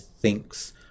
thinks